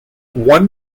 one